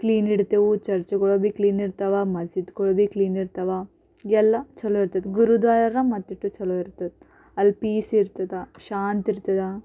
clean ಇಡ್ತೇವೆ ಚರ್ಚ್ಗಳು ಭೀ ಕ್ಲೀನ್ ಇರ್ತಾವೆ ಮಸ್ಜಿದ್ಗಳು ಭೀ ಕ್ಲೀನ್ ಇರ್ತಾವೆ ಎಲ್ಲ ಚಲೋ ಇರ್ತದೆ ಗುರುದ್ವಾರ ಮತ್ತಿಟ್ಟು ಚಲೋ ಇರ್ತದೆ ಅಲ್ಲಿ ಪೀಸ್ ಇರ್ತದೆ ಶಾಂತ ಇರ್ತದೆ